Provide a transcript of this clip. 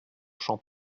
champs